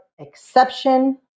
exception